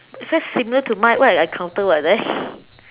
it's very similar to mine what if I counter like that